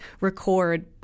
record